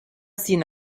seen